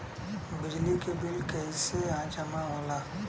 बिजली के बिल कैसे जमा होला?